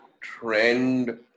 trend